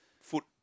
foot